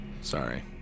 Sorry